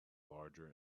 larger